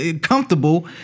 Comfortable